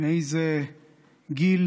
מאיזה גיל